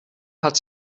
hat